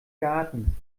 garten